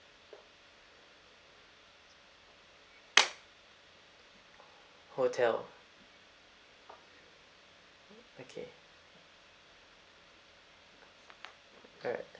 hotel okay alright